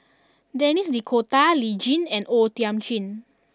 Denis D'Cotta Lee Tjin and O Thiam Chin